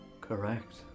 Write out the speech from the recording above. correct